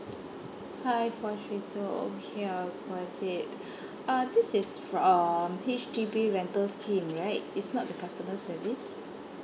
five four three two okay I got it uh this is from H_D_B rental scheme right it's not the customer service